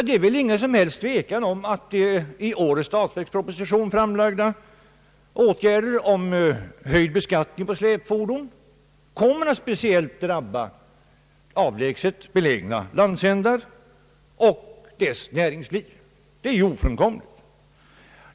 Det är väl ingen som helst tvekan om att det i årets statsverksproposition framlagda förslaget om höjd beskattning av släpfordon kommer att speciellt drabba avlägset belägna landsändar och dessas näringsliv. Det är ju ofrånkomligt.